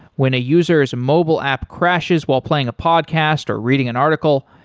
when a user s mobile app crashes while playing a podcast or reading an article,